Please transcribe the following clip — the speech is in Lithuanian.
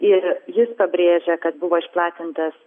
ir jis pabrėžė kad buvo išplatintas